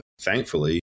thankfully